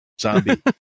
zombie